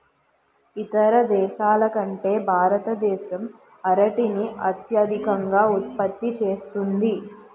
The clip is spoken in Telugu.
ఇతర దేశాల కంటే భారతదేశం అరటిని అత్యధికంగా ఉత్పత్తి చేస్తుంది